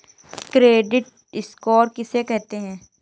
Credit score किसे कहते हैं?